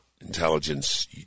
Intelligence